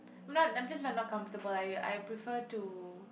not I'm just not not comfortable like I prefer to